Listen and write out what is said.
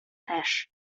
też